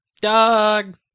Dog